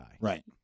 Right